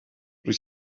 rwyt